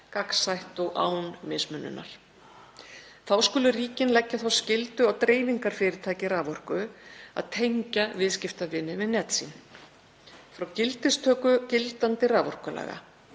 gagnsætt og án mismununar. Þá skulu ríkin leggja þá skyldu á dreifingarfyrirtæki raforku að tengja viðskiptavini við net sín. Frá gildistöku gildandi raforkulaga